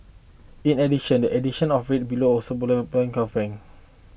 in addition the addition of rate below so below of bank coffee